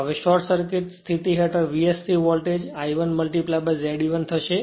હવે short circuit સ્થિતિ હેઠળ VSC voltage I 1 Z e1 થશે